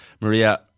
Maria